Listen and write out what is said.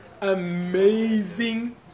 Amazing